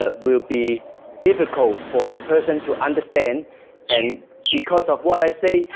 ah will be difficult for the person to understand and because of what i say,